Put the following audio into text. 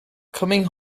coming